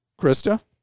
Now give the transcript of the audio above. Krista